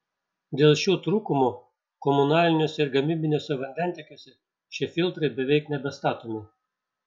dėl šių trūkumų komunaliniuose ir gamybiniuose vandentiekiuose šie filtrai beveik nebestatomi